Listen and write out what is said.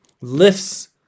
lifts